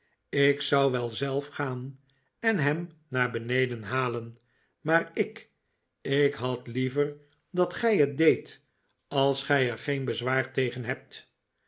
ik zou wel zelf gaan en hem naar beneden halen maar ik ik had liever dat gij het deedt r als gij er geen bezwaar tegen hebt